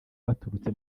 baturutse